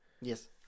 Yes